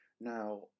now